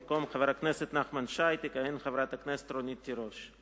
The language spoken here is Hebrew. במקום חבר הכנסת נחמן שי תכהן חברת הכנסת רונית תירוש.